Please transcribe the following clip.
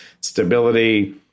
stability